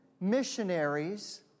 missionaries